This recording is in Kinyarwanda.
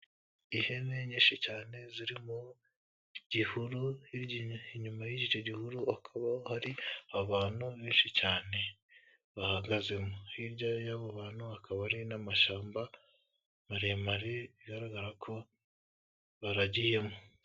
Ihene nyinshi cyane ziri mu gihuru hirya inyuma y'icyo gihuru hakabaho hari abantu benshi cyane bahagaze, hirya y'abo bantu hakaba hari n'amashyamba maremare bigaragara ko baragiyemo.